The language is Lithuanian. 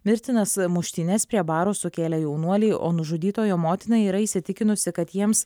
mirtinas muštynes prie baro sukėlę jaunuoliai o nužudytojo motina yra įsitikinusi kad jiems